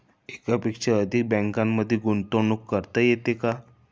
एकापेक्षा अधिक बँकांमध्ये गुंतवणूक करता येते का?